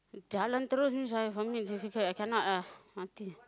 jalan terus I cannot ah mati